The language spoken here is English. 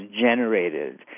generated